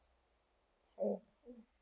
mm